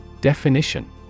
Definition